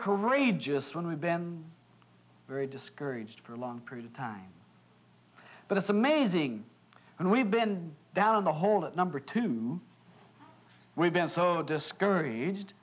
courageous when we've been very discouraged for a long period of time but it's amazing and we've been down the hall at number two we've been so discouraged